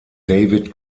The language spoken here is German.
david